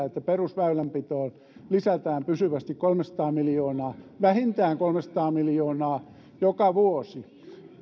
että perusväylänpitoon lisätään pysyvästi kolmesataa miljoonaa vähintään kolmesataa miljoonaa joka vuosi